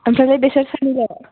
ओमफ्रायलाइ बिसोर सानजा